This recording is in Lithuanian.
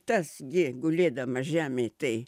tas gi gulėdamas žemėj tai